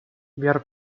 wir